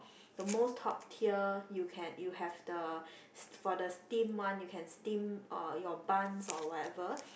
the most top tier you can you have the for the steam one you can steam uh your buns or whatever